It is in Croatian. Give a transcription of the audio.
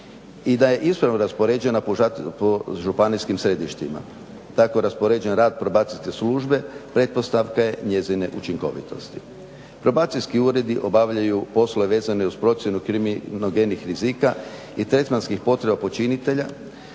i da je ispravno raspoređena po županijskim središtima. Tako raspoređen rad Probacijske službe pretpostavka je njezine učinkovitosti. Probacijski uredi obavljaju poslove vezane uz procjenu kriminogenih rizika i tretmanskih potreba počinitelja,